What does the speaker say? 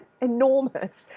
enormous